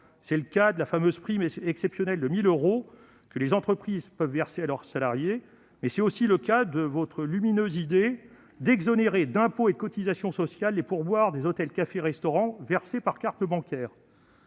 seulement à la fameuse prime exceptionnelle de 1 000 euros que les entreprises peuvent verser à leurs salariés, mais aussi à votre lumineuse idée d'exonérer d'impôts et de cotisations sociales les pourboires des hôtels, cafés et restaurants versés par carte bancaire.